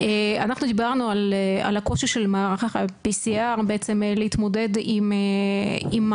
אנחנו דיברנו על הקושי של מערך ה-PCR בעצם להתמודד עם העומס.